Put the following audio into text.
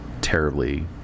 terribly